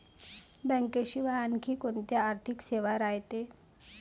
बँकेशिवाय आनखी कोंत्या आर्थिक सेवा रायते?